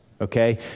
okay